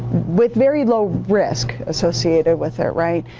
with very low risk associated with it, right?